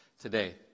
today